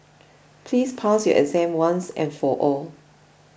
please pass your exam once and for all